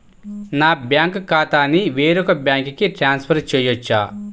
నా బ్యాంక్ ఖాతాని వేరొక బ్యాంక్కి ట్రాన్స్ఫర్ చేయొచ్చా?